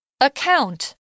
Account